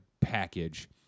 package